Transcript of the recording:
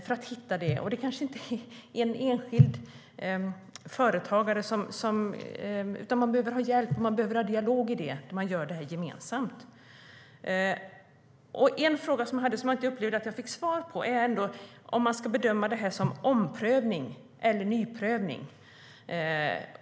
Det är kanske inte något för en enskild företagare, utan man behöver ha hjälp och en dialog så att man gör det gemensamt. En fråga som jag inte fick svar på är om man ska bedöma detta som omprövning eller nyprövning.